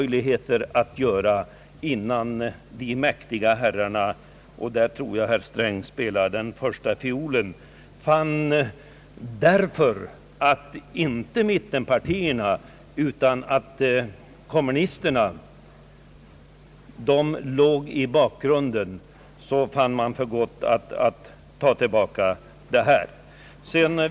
Jag utgår ifrån att herr Sträng här spelade den första fiolen — inte för mittenpartiernas skull, utan därför att kommunisterna låg bakom den fann man för gott att ta tillbaka propositionen.